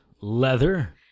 Leather